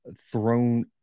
thrown